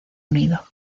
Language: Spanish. unido